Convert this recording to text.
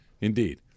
Indeed